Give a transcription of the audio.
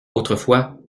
autrefois